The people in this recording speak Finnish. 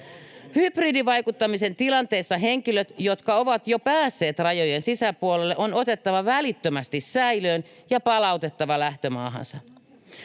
Hybridivaikuttamisen tilanteessa henkilöt, jotka ovat jo päässeet rajojen sisäpuolelle, on otettava välittömästi säilöön ja palautettava lähtömaahansa.